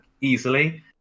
easily